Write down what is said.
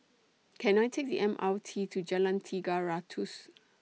Can I Take The M R T to Jalan Tiga Ratus